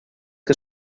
que